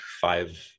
five